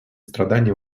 страдания